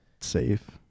safe